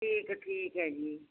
ਠੀਕ ਹੈ ਠੀਕ ਹੈ ਜੀ